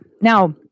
Now